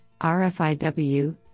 RFIW